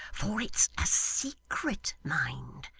for it's a secret, mind,